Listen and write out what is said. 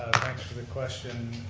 thanks for the question.